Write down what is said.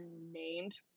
named